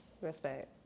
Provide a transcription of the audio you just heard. Respect